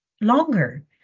longer